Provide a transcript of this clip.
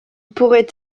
pourrait